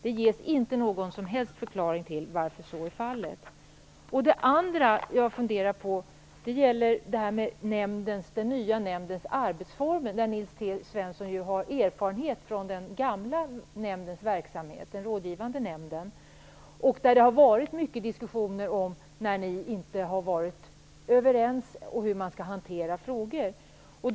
Det ges inte någon som helst förklaring till detta. Det andra avsnittet jag har funderat på gäller den nya nämndens arbetsformer. Nils T Svensson har ju erfarenhet av den gamla rådgivande nämndens verksamhet. Det har varit många diskussioner, och man har inte varit överens om hur man skall hantera frågorna.